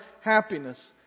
happiness